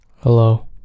Hello